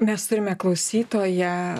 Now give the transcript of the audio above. mes turime klausytoją